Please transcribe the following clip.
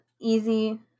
easy